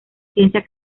ciencia